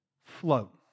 float